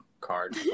card